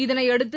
இதனையடுத்து